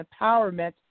Empowerment